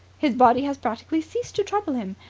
his body has practically ceased to trouble him,